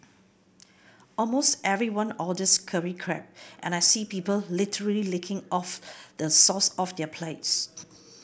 almost everyone orders curry crab and I see people literally licking of the sauce off their plates